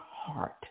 heart